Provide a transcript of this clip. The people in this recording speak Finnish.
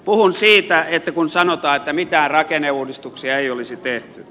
puhun siitä kun sanotaan että mitään rakenneuudistuksia ei olisi tehty